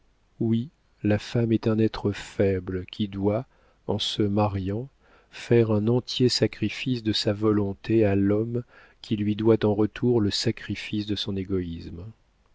oui la femme est un être faible qui doit en se mariant faire un entier sacrifice de sa volonté à l'homme qui lui doit en retour le sacrifice de son égoïsme